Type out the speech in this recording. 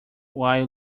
while